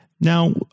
Now